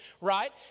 Right